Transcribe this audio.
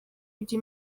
ibyo